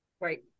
Right